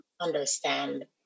understand